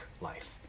life